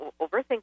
overthinking